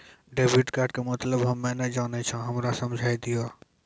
Debit card के मतलब हम्मे नैय जानै छौ हमरा समझाय दियौ?